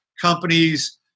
companies